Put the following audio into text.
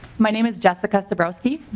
my name is jessica dabrowski.